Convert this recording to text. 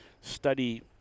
study